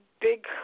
big